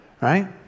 Right